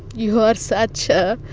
you are such a